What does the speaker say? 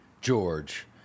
George